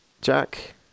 Jack